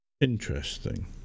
Interesting